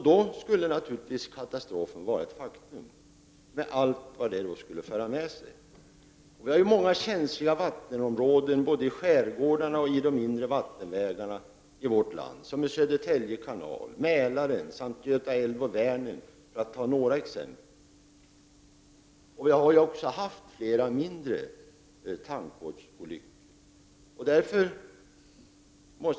Då skulle naturligtvis katastrofen vara ett faktum med allt vad en sådan skulle föra med sig. Vi har många känsliga vattenområden både i skärgårdarna och i de inre vattenvägarna i vårt land, t.ex. Södertälje kanal, Mälaren samt Göta älv och Vänern. Det har skett flera mindre tankbåtsolyckor.